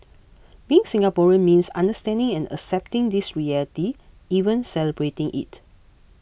being Singaporean means understanding and accepting this reality even celebrating it